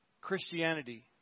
Christianity